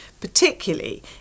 particularly